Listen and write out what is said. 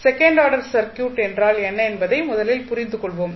second order circuit என்றால் என்ன என்பதை முதலில் புரிந்து கொள்வோம்